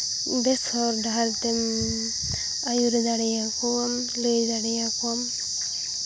ᱵᱮᱥ ᱦᱚᱨ ᱰᱟᱦᱟᱨ ᱛᱮᱢ ᱟᱹᱭᱩᱨ ᱫᱟᱲᱮᱭᱟᱠᱚᱣᱟᱢ ᱞᱟᱹᱭ ᱫᱟᱲᱮᱭᱟᱠᱚᱣᱟᱢ